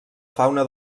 fauna